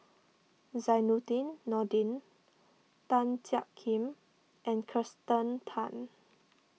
Zainudin Nordin Tan Jiak Kim and Kirsten Tan